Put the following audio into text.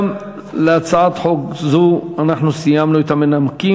גם להצעת חוק זו אנחנו סיימנו את המנמקים.